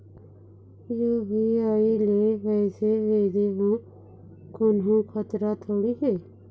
UPI ले पैसे भेजे म कोन्हो खतरा थोड़ी हे?